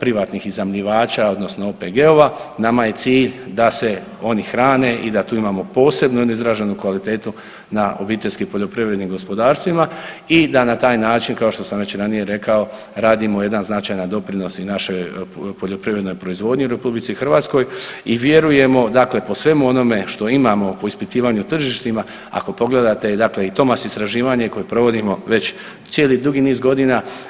privatnih iznajmljivača odnosno OPG-ova nama je cilj da se oni hrane i da tu imamo posebnu jednu izraženu kvalitetu na obiteljskim poljoprivrednim gospodarstvima i da na taj način kao što sam već ranije rekao radimo jedan značajan doprinos i našoj poljoprivrednoj proizvodnji u RH i vjerujemo dakle po svemu onome što imamo po ispitivanju tržištima, ako pogledate i TOMAS istraživanje koje provodimo već cijeli dugi niz godina.